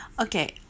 Okay